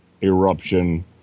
eruption